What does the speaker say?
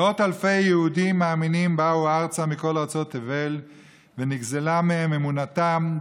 מאות אלפי יהודים מאמינים באו ארצה מכל ארצות תבל ונגזלו מהם אמונתם,